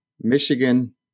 Michigan